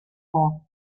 for